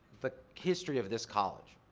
the history of this college.